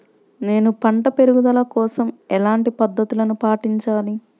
నేను పంట పెరుగుదల కోసం ఎలాంటి పద్దతులను పాటించాలి?